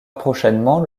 prochainement